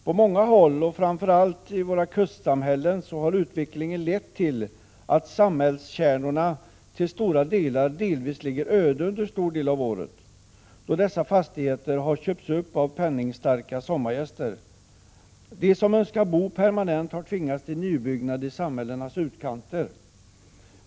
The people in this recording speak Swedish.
På många håll och framför allt i våra kustsamhällen har utvecklingen lett till att samhällskärnorna till stora delar närmast ligger öde under en stor del av året, eftersom fastigheterna i dessa har köpts upp av penningstarka sommargäster. De som önskar bo permanent har tvingats till nybyggnad i samhällenas utkanter.